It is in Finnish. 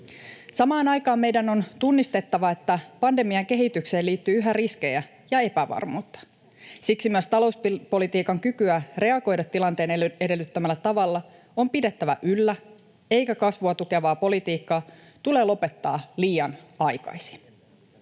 Samaan aikaan meidän on tunnistettava, että pandemian kehitykseen liittyy yhä riskejä ja epävarmuutta. Siksi myös talouspolitiikan kykyä reagoida tilanteen edellyttämällä tavalla on pidettävä yllä, eikä kasvua tukevaa politiikkaa tule lopettaa liian aikaisin.